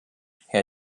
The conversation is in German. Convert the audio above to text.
herr